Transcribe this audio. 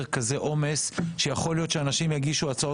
כזה עומס והן לא תוכלנה לדון בהצעות חוק שאנשים יגישו?